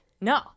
No